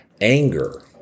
Anger